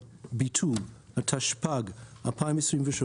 (ביטול), התשפ"ג-2023